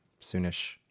soonish